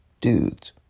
Dudes